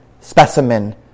specimen